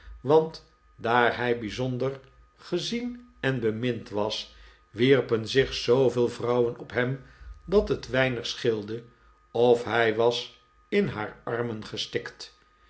want daar hij bijzonder gezien en bemind was wierpen zich zooveel vrouwen op hem dat het weinig seheelde of hij was in haar armen gestikt